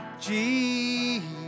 Jesus